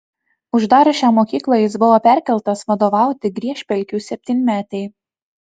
uždarius šią mokyklą jis buvo perkeltas vadovauti griežpelkių septynmetei